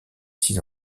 six